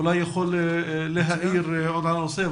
הוא אולי יוכל להאיר עוד על הנושא.